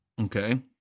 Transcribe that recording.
Okay